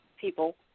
people